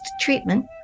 treatment